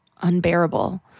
unbearable